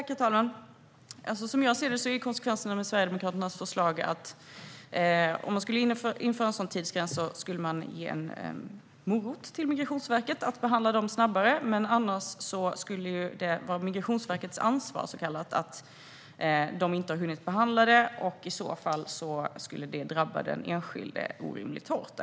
Fru talman! Om man skulle införa en sådan tidsgräns som Sverigedemokraterna föreslår skulle man ge en morot till Migrationsverket att behandla dessa ärenden snabbare. Men även om det skulle vara Migrationsverkets ansvar att man inte hunnit behandla ett ärende skulle det drabba den enskilde orimligt hårt.